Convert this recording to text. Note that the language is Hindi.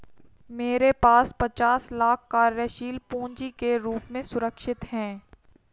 मेरे पास पचास लाख कार्यशील पूँजी के रूप में सुरक्षित हैं